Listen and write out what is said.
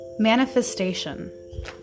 Manifestation